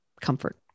comfort